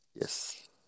yes